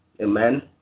Amen